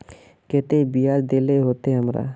केते बियाज देल होते हमरा?